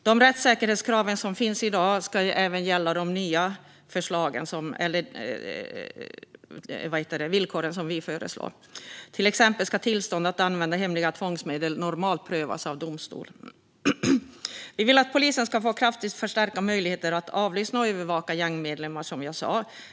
De rättssäkerhetskrav som finns i dag ska även gälla de nya villkor som vi föreslår. Till exempel ska tillstånd att använda hemliga tvångsmedel normalt prövas av domstol. Vi vill att polisen ska få kraftigt förstärkta möjligheter att avlyssna och övervaka gängmedlemmar, som jag sa.